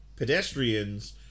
pedestrians